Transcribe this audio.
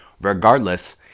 Regardless